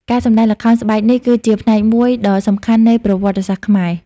ការសម្តែងល្ខោនស្បែកនេះគឺជាផ្នែកមួយដ៏សំខាន់នៃប្រវត្តិសាស្ត្រខ្មែរ។